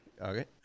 Okay